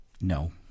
No